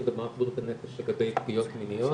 במערכת בריאות הנפש לגבי פגיעות מיניות,